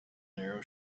narrow